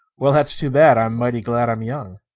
well, that's too bad. i'm mighty glad i'm young.